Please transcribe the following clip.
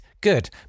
good